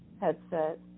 Headset